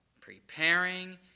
preparing